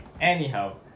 Anyhow